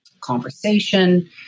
conversation